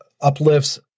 uplifts